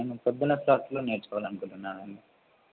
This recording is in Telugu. నేను పొద్దున్న స్లాట్లో నేర్చకోవాలనుకుంటున్నానండి